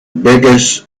biggest